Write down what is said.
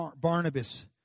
Barnabas